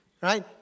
Right